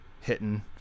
hitting